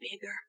bigger